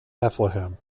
bethlehem